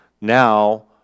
now